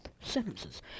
sentences